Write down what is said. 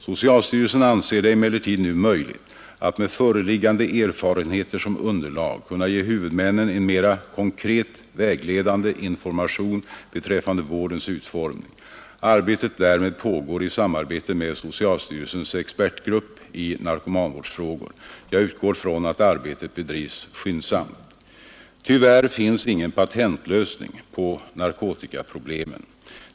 Socialstyrelsen anser det emellertid nu möjligt att med föreliggande erfarenheter som underlag kunna ge huvudmännen en mera konkret vägledande information beträffande vårdens utformning. Arbetet därmed pågår i samarbete med socialstyrelsens expertgrupp i narkomanvårdsfrågor. Jag utgår från att arbetet bedrivs skyndsamt. Tyvärr finns ingen patentlösning på narkotikaproblemen.